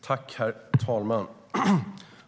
Herr talman!